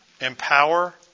Empower